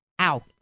Ow